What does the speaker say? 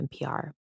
NPR